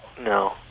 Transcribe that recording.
No